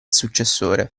successore